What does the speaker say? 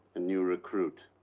a new recruit.